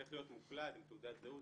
צריך להיות מוקלד עם תעודת זהות,